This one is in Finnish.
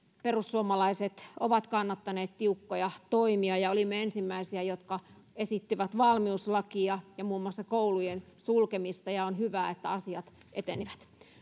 perussuomalaiset ovat kannattaneet tiukkoja toimia ja olimme ensimmäisiä jotka esittivät valmiuslakia ja muun muassa koulujen sulkemista ja on hyvä että asiat etenivät